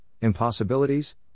impossibilities